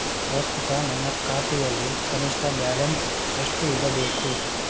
ಪ್ರಸ್ತುತ ನನ್ನ ಖಾತೆಯಲ್ಲಿ ಕನಿಷ್ಠ ಬ್ಯಾಲೆನ್ಸ್ ಎಷ್ಟು ಇಡಬೇಕು?